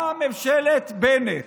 באה ממשלת בנט,